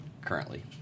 currently